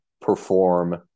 perform